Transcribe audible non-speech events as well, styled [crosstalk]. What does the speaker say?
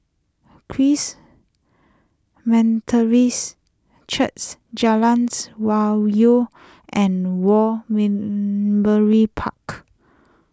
Charis mental reis [unintelligible] Jalan's Hwi Yoh and War win Memorial Park